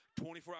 24